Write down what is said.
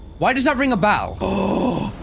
why does that ring about oh